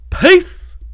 peace